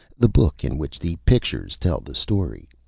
the book in which the pictures tell the story.